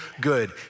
good